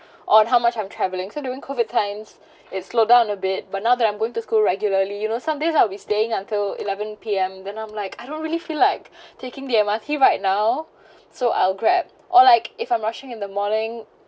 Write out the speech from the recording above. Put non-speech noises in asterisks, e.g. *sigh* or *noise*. on how much I'm traveling so during COVID times *breath* it slow down a bit but now that I'm going to school regularly you know some days I'll be staying until eleven P_M then I'm like I don't really feel like *breath* taking the M_R_T right now *breath* so I'll grab or like if I'm rushing in the morning